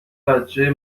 بچه